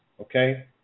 okay